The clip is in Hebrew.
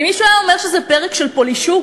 אם מישהו היה אומר שזה פרק של "פולישוק",